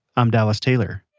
um dallas taylor